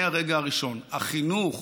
בסוף החינוך